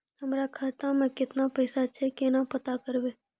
हमरा खाता मे केतना पैसा छै, केना पता करबै?